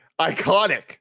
iconic